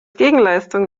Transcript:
gegenleistung